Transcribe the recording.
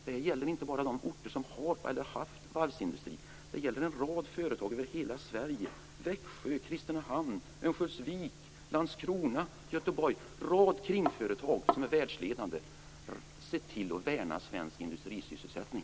Det gäller inte bara de orter som har och har haft varvsindustri. Det gäller en rad företag över hela Sverige - Växjö, Kristinehamn, Örnsköldsvik, Landskrona och Göteborg - företag som är världsledande. Se till att värna svensk industrisysselsättning!